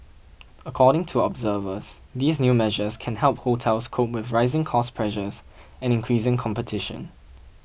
according to observers these new measures can help hotels cope with rising cost pressures and increasing competition